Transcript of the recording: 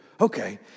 okay